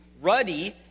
ruddy